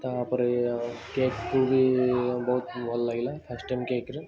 ତା'ପରେ ଏ କେକ୍ଟେ ବି ବହୁତ ଭଲ ଲାଗିଲା ଫାଷ୍ଟ୍ ଟାଇମ୍ କେକ୍ରେ